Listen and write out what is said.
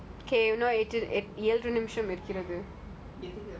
okay